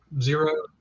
zero